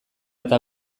eta